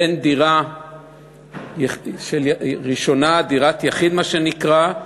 דירה ראשונה, דירת יחיד, מה שנקרא,